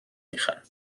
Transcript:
میخرم